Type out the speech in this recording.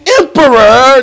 emperor